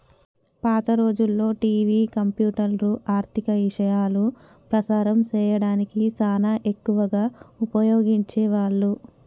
పాత రోజుల్లో టివి, కంప్యూటర్లు, ఆర్ధిక ఇశయాలు ప్రసారం సేయడానికి సానా ఎక్కువగా ఉపయోగించే వాళ్ళు